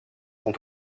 sont